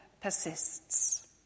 persists